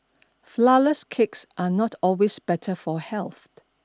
flourless cakes are not always better for health